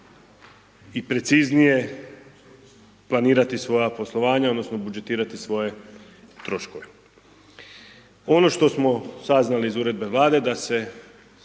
i preciznije planirati svoja poslovanja odnosno budžetirati svoje troškove. Ono što smo saznali iz Uredbe Vlade da se